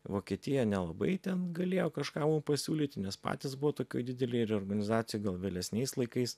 vokietija nelabai ten galėjo kažką mum pasiūlyti nes patys buvo tokioj didelėj reorganizacija gal vėlesniais laikais